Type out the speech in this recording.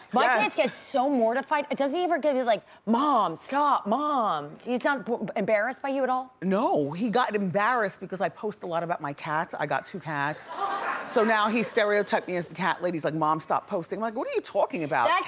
my kids get so mortified. does he ever give you like, mom, stop, mom. he's not embarrassed by you at all? no, he got embarrassed because i post a lot about my cats. i got two cats so now he stereotyped me as the cat lady. he's like, mom, stop posting. like what are you talking about, like